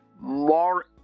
more